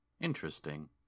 Interesting